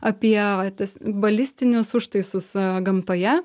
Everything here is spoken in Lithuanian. apie tas balistinius užtaisus gamtoje